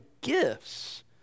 gifts